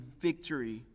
victory